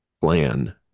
plan